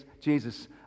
Jesus